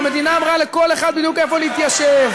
המדינה אמרה לכל אחד בדיוק איפה להתיישב,